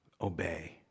obey